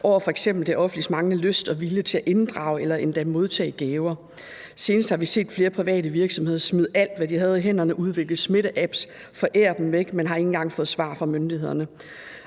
over f.eks. det offentliges manglende lyst og vilje til at inddrage private eller endda modtage gaver. Senest har vi set flere private virksomheder smide alt, hvad de havde i hænderne, og udvikle smitteapps og forære dem væk, men de har ikke engang fået svar fra myndighederne.